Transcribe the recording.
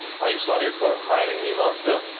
are you sorry for hiring me, master?